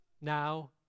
now